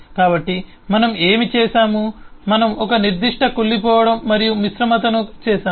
కాబట్టి మనం ఏమి చేసాము మనం ఒక నిర్దిష్ట కుళ్ళిపోవడం మరియు మిశ్రమతను చేసాము